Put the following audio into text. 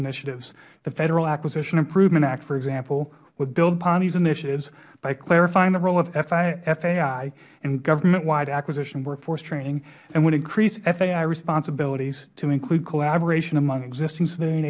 initiatives the federal acquisition improvement act for example would build upon these initiatives by clarifying the role of fai and government wide acquisition workforce training and would increase fai responsibilities to include collaboration among existing civilian